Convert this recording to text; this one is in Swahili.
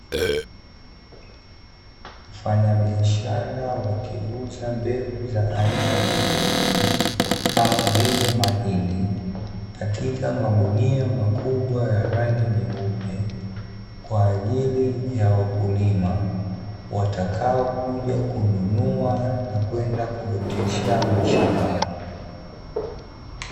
Wafanyabiashara wakiuza mbegu za aina tofauti kama vile mahindi katika magunia makubwa ya rangi nyeupe, kwa ajili ya wakulima watakaokuja kununua na kwenda kuotesha mashambani.